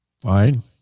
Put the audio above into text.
Fine